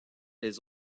les